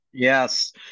Yes